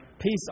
peace